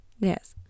Yes